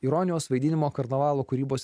ironijos vaidinimo karnavalo kūrybos